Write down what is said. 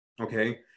Okay